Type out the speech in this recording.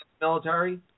Military